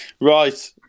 Right